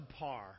Subpar